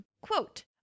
Quote